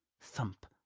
Thump